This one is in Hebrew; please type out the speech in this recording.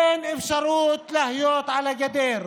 אין אפשרות להיות על הגדר,